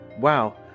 Wow